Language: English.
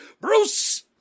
bruce